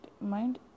mind